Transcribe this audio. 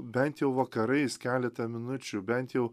bent jau vakarais keletą minučių bent jau